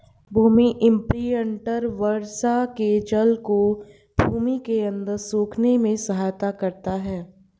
भूमि imprinter वर्षा के जल को भूमि के अंदर सोखने में सहायता करता है